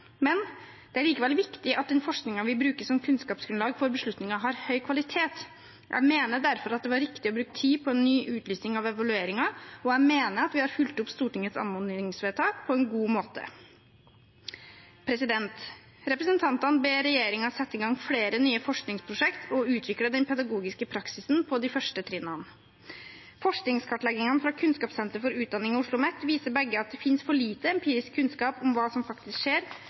Det er likevel viktig at den forskningen vi bruker som kunnskapsgrunnlag for beslutninger, har høy kvalitet. Jeg mener derfor at det var riktig å bruke tid på en ny utlysning av evalueringen, og jeg mener at vi har fulgt opp Stortingets anmodningsvedtak på en god måte. Representantene ber regjeringen sette i gang flere nye forskningsprosjekter og utvikle den pedagogiske praksisen på de første trinnene. Forskningskartleggingene fra Kunnskapssenter for utdanning og Oslomet viser begge at det finnes for lite empirisk kunnskap om hva som faktisk skjer